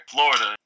Florida